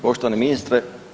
Poštovani ministre.